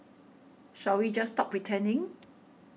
shall we just stop pretending